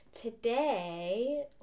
Today